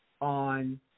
on